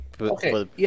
Okay